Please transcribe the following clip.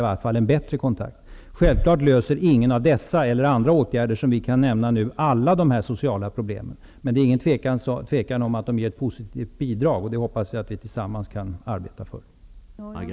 Självklart löser ingen av dessa eller andra åtgärder alla sociala problem. Men det råder inget tvivel om att de utgör ett positivt bidrag. Det hoppas jag att vi tillsammans kan arbeta för.